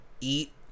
eat